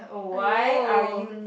!aiyo!